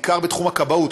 בעיקר בתחום הכבאות.